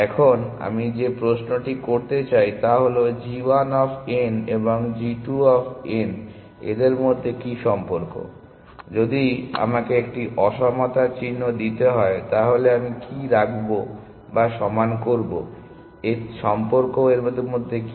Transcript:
এখন আমি যে প্রশ্নটি করতে চাই তা হল g 1 অফ n এবং g 2 অফ n এদের মধ্যে কি সম্পর্ক যদি আমাকে একটি অসমতা চিহ্ন দিতে হয় তাহলে আমি কি রাখব বা সমান করব এর মধ্যে সম্পর্ক কি